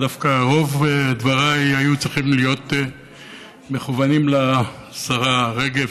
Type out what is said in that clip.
ודווקא רוב דבריי היו צריכים להיות מכוונים לשרה רגב,